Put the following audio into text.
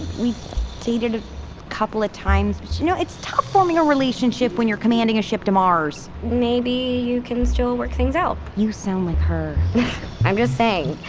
we dated a couple of times, but you know, it's tough forming a relationship when you're commanding a ship to mars maybe you can still work things out? you sound like her i'm just saying,